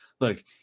look